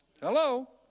Hello